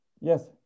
Yes